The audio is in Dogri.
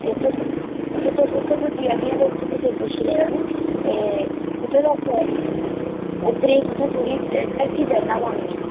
ते तुस ते तुस उत्थें पुज्जी जाह्गियां ते उत्थें कुसै गी पुच्छी लैएयो नी ते उत्थै तुसें गी उप्परै गी थोह्ड़ी ढक्की चढ़ना पौनी ऐ